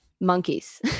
monkeys